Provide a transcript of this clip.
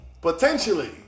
potentially